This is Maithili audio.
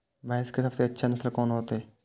भैंस के सबसे अच्छा नस्ल कोन होते?